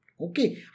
Okay